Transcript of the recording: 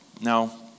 Now